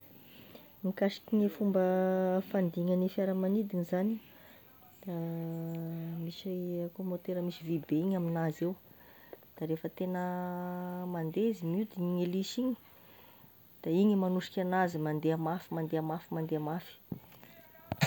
Mikasiky gne fomba fagnidignan'ny fiara magnidigna zagny, da misy akoa môtera misy vy be igny aminazy io, de rehefa tegna mandeha izy miodigny gn'elisy igny, de igny manosika anazy mandeha, mafy mandeha mafy mandeha mafy.